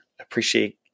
appreciate